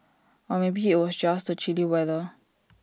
or maybe IT was just the chilly weather